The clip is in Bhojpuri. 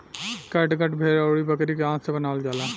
कैटगट भेड़ अउरी बकरी के आंत से बनावल जाला